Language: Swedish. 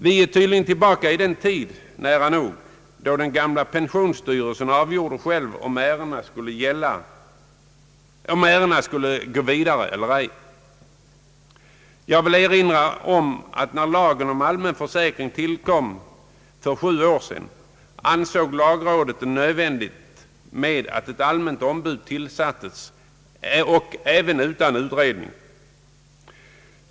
Vi är tydligen nära nog tillbaka i den tid, då den förutvarande pensionsstyrelsen själv avgjorde om ärenden skulle gå vidare eller ej. Jag vill erinra om att när lagen om allmän försäkring för sju år sedan tillkom ansåg lagrådet det nödvändigt att ett allmänt ombud tillsattes även utan utredning.